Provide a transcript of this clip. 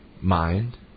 mind